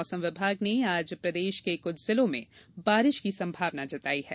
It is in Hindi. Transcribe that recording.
मौसम विभाग ने आज प्रदेश के कुछ जिलों में बारिश की संभावना जताई है